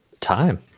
Time